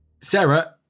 Sarah